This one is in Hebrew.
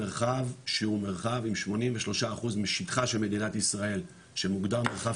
מרחב שהוא מרחב עם 83% משטחה של מדינת ישראל שמוגדר מרחב